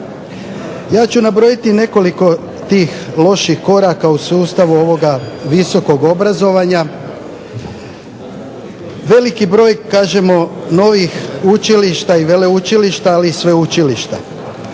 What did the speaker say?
Ja ću nabrojiti nekoliko tih loših koraka u sustavu ovoga visokog obrazovanja. Veliki broj kažemo novih učilišta i veleučilišta, ali i sveučilišta.